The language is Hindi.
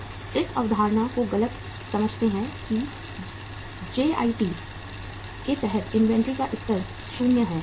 लोग इस अवधारणा को गलत समझते हैं कि जेआईटी के तहत इन्वेंट्री का स्तर 0 है